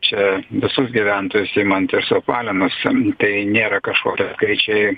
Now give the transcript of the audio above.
čia visus gyventojus imant ir suapvalinus tai nėra kažkokie skaičiai